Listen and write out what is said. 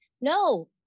No